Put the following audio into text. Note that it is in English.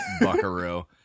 buckaroo